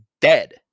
dead